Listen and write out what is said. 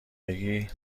بگی